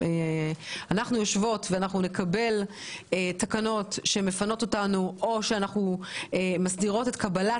אנחנו יושבות ואנחנו נקבל תקנות שמפנות אותנו או שמסדירות את קבלת